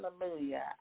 hallelujah